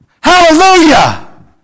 Hallelujah